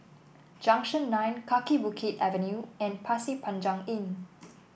Junction Nine Kaki Bukit Avenue and Pasir Panjang Inn